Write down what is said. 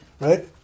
Right